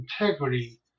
integrity